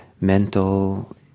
mental